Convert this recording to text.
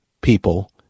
people